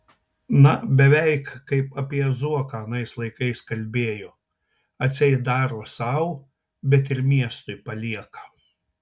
na beveik kaip apie zuoką anais laikais kalbėjo atseit daro sau bet ir miestui palieka